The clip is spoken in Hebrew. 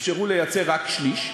אפשרו לייצא רק שליש,